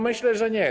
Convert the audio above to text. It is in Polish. Myślę, że nie.